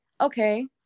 okay